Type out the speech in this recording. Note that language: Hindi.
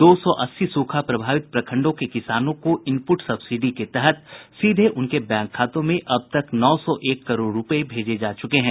दो सौ अस्सी सूखा प्रभावित प्रखंडों के किसानों को इनपुट सब्सिडी के तहत सीधे उनके बैंक खातों में अब तक नौ सौ एक करोड़ रुपये भेजे जा चुके हैं